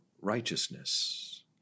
righteousness